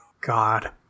God